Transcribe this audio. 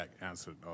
answered